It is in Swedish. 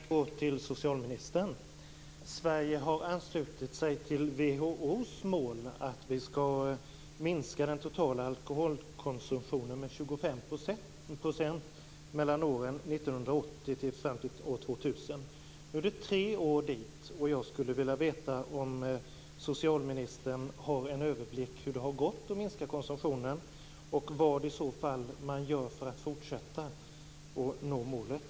Herr talman! Jag har en fråga till socialministern. Sverige har anslutit sig till WHO:s mål om att minska den totala alkoholkonsumtionen med 25 % mellan åren 1980 och 2000. Nu är det tre år kvar, och jag skulle vilja veta om socialministern har en överblick över hur det har gått att minska konsumtionen och vad man i så fall gör för att nå målet.